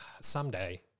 someday